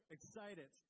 Excited